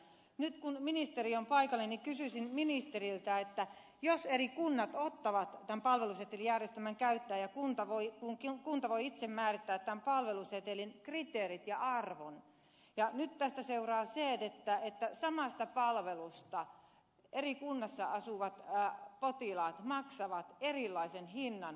nyt kun ministeri on paikalla niin kysyisin ministeriltä siitä että jos eri kunnat ottavat tämän palvelusetelin käyttöön ja kunta voi itse määrittää tämän palvelusetelin kriteerit ja arvon niin nyt tästä seuraa se että samasta palvelusta eri kunnissa asuvat potilaat maksavat erilaisen hinnan palvelusetelin kautta